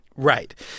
Right